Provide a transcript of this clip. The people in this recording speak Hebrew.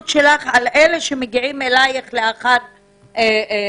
שלך היא על אלה שמגיעים אליך לאחר מעצרים.